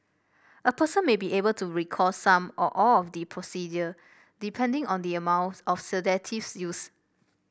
a person may be able to recall some or all of the procedure depending on the amount of sedatives used